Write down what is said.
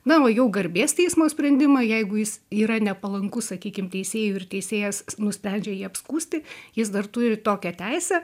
na o jau garbės teismo sprendimą jeigu jis yra nepalankus sakykim teisėjui ir teisėjas nusprendžia jį apskųsti jis dar turi tokią teisę